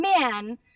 man